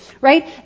right